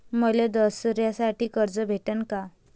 मले दसऱ्यासाठी कर्ज भेटन का?